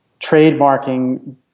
trademarking